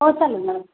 हो चालेल मॅम